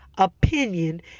opinion